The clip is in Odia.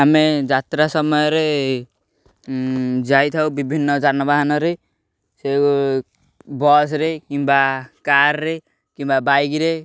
ଆମେ ଯାତ୍ରା ସମୟରେ ଯାଇଥାଉ ବିଭିନ୍ନ ଯାନବାହାନରେ ସେ ବସ୍ରେ କିମ୍ବା କାର୍ରେ କିମ୍ବା ବାଇକ୍ରେ